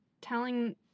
telling